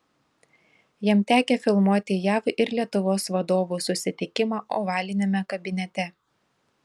jam tekę filmuoti jav ir lietuvos vadovų susitikimą ovaliniame kabinete